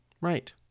Right